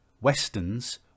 westerns